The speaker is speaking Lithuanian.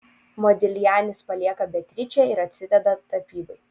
modiljanis palieka beatričę ir atsideda tapybai